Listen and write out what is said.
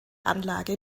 anlage